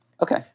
Okay